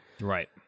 Right